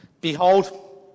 Behold